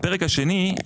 הפרק השני,